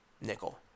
nickel